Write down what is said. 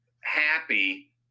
happy